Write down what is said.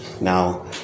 Now